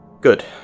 Good